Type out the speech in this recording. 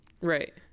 Right